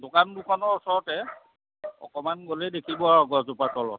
দোকান দুখনৰ ওচৰতে অকণমান গ'লেই দেখিবই আৰু গছজোপাৰ তলত